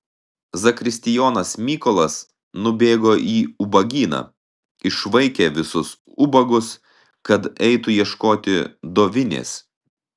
zakristijonas mykolas nubėgo į ubagyną išvaikė visus ubagus kad eitų ieškoti dovinės